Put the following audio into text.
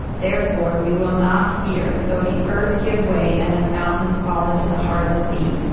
therefore, we will not fear, though the earth give way and the mountains fall into the heart of the sea,